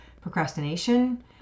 procrastination